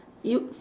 you